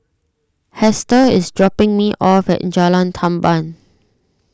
Hester is dropping me off at in Jalan Tamban